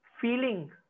feeling